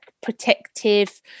protective